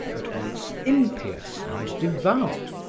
at once impious and devout,